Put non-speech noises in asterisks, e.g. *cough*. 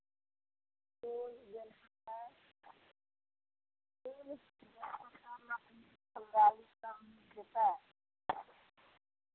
फूल बेलपात फूल *unintelligible* इसभ चाही एकदम *unintelligible*